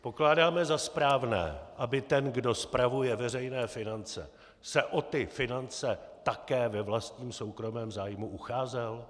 Pokládáme za správné, aby ten, kdo spravuje veřejné finance, se o finance také ve vlastním soukromém zájmu ucházel?